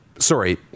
Sorry